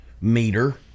meter